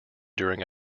during